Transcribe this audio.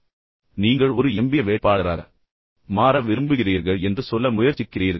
பின்னர் நீங்கள் ஒரு எம்பிஏ வேட்பாளராக மாற விரும்புகிறீர்கள் என்று சொல்ல முயற்சிக்கிறீர்கள்